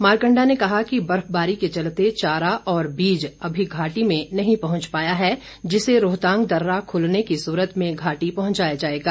मारकंडा ने कहा कि बर्फबारी के चलते चारा और बीज अभी घाटी में नहीं पहुंच पाया है जिसे रोहतांग दर्रा खुलने की सूरत में घाटी पहुंचाया जाएगा